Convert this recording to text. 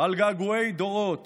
על געגועי הדורות